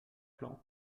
plan